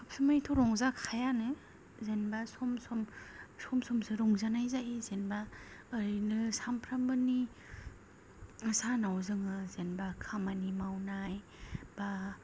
सबस'मायथ' रंजाखायानो जेनोबा सम सम सम समसो रंजानाय जायो जेनोबा ओरैनो सामफ्रामबोनि सानाव जोङो जेनोबा खामानि मावनाय बा